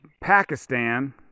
Pakistan